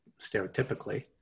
stereotypically